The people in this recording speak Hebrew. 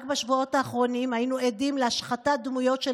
רק בשבועות האחרונים היינו עדים להשחתת דמויות של